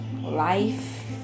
life